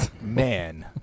man